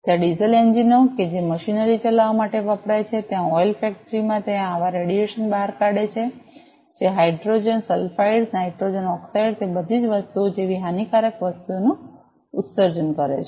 ત્યાં ડીઝલ એન્જિનો કે જે મશીનરી ચલાવવા માટે વપરાય છે ત્યાં ઓઇલ ફેક્ટરીમાં તે આવા રેડિયેશન બહાર કાઢે છે જે હાઇડ્રોજન સલ્ફાઇડ્સ નાઇટ્રોજન ઑક્સાઇડ તે બધી વસ્તુઓ જેવી હાનિકારક વાયુઓનું ઉત્સર્જન કરે છે